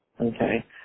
okay